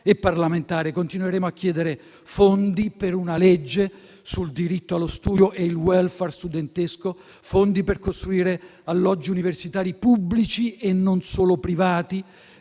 e parlamentare; continueremo a chiedere fondi per una legge sul diritto allo studio e il *welfare* studentesco, fondi per costruire alloggi universitari pubblici e non solo privati